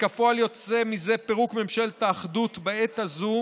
וכפועל יוצא מזה, פירוק ממשלת האחדות בעת הזו,